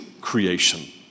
creation